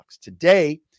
Today